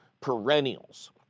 perennials